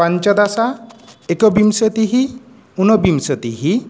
पञ्चदश एकविंसतिः ऊनविंसतिः